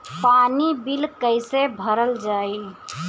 पानी बिल कइसे भरल जाई?